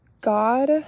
God